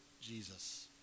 Jesus